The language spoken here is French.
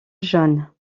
jaune